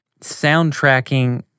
soundtracking